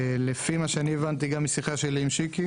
לפי מה שאני הבנתי גם משיחה שלי עם שיקי